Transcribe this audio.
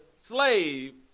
slave